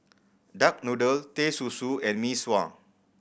duck noodle Teh Susu and Mee Sua